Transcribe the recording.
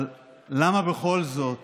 אבל למה בכל זאת